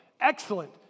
Excellent